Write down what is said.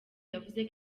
yavuze